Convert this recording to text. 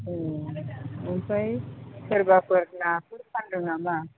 एओमफ्राय सोरबाफोर नाफोर फानदों नामा